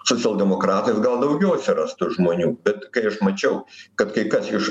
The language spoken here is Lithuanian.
socialdemokratais gal daugiau atsirastų žmonių bet kai aš mačiau kad kai kas iš